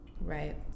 Right